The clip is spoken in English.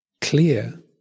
clear